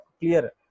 clear